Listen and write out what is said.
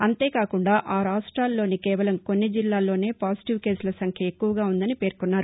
అంతేకాకుండా ఆ రాష్టాల్లోని కేవలం కొన్ని జిల్లాల్లోనే పాజిటీవ్ కేసుల సంఖ్య ఎక్కువగా ఉందని పేర్కొన్నారు